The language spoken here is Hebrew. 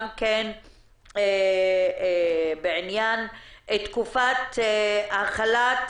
גם בעניין תקופת החל"ת